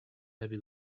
heavy